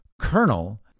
Colonel